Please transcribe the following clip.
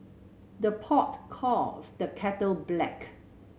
the pot calls the kettle black